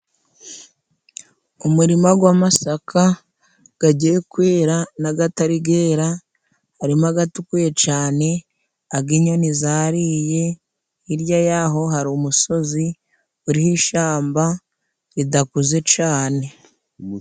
Umurima gw'amasaka gagiye kwera n'agatari gera, harimo agatukuye cane ago inyoni zariye, hirya yaho hari umusozi uriho ishamba ridakuze cane.